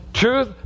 Truth